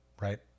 right